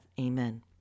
Amen